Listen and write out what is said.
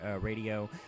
Radio